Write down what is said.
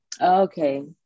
Okay